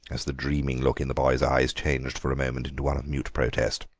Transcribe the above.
as the dreaming look in the boy's eyes changed for a moment into one of mute protest,